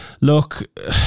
Look